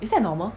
is that normal